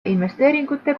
investeeringute